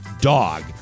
Dog